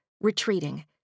retreating